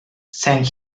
thank